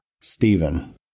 Stephen